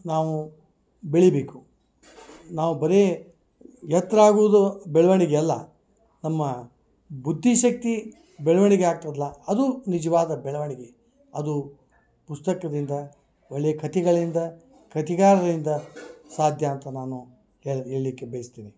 ನಾವು ಬೆಳಿಬೇಕು ನಾವು ಬರೇ ಎತ್ರಾಗುದು ಬೆಳವಣಿಗೆ ಅಲ್ಲ ನಮ್ಮ ಬುದ್ಧಿಶಕ್ತಿ ಬೆಳವಣಿಗೆ ಆಗ್ತದ್ಲಾ ಅದು ನಿಜವಾದ ಬೆಳವಣಿಗೆ ಅದು ಪುಸ್ತಕದಿಂದ ಒಳ್ಳೆಯ ಕತೆಗಳಿಂದ ಕತಿಗಾರರಿಂದ ಸಾಧ್ಯ ಅಂತ ನಾನು ಹೇಳಿ ಹೇಳಿಕ್ಕೆ ಬಯಸ್ತೇನೆ